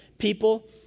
People